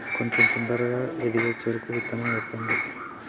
కొంచం తొందరగా ఎదిగే చెరుకు విత్తనం చెప్పండి?